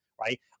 right